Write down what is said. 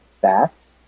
bats